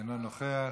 אינו נוכח.